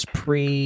pre